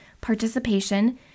participation